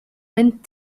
mint